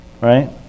Right